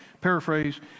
paraphrase